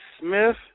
Smith